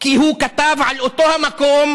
כי הוא כתב על אותו המקום,